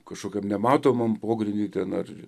kažkokiam nematomam pogrindy ten ar